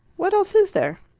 what else is there?